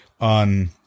on